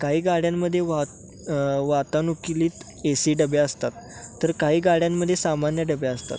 काही गाड्यांमध्ये वात वातानुकूलित ए सी डबे असतात तर काही गाड्यांमध्ये सामान्य डबे असतात